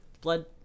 blood